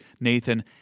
Nathan